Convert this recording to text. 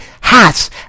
hats